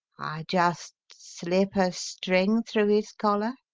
just slip a string through his collar,